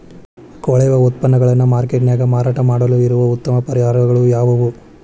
ಕೊಳೆವ ಉತ್ಪನ್ನಗಳನ್ನ ಮಾರ್ಕೇಟ್ ನ್ಯಾಗ ಮಾರಾಟ ಮಾಡಲು ಇರುವ ಉತ್ತಮ ಪರಿಹಾರಗಳು ಯಾವವು?